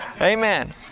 Amen